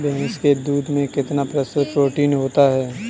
भैंस के दूध में कितना प्रतिशत प्रोटीन होता है?